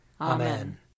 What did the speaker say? Amen